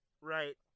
Right